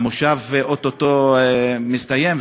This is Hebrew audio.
המושב או-טו-טו מסתיים,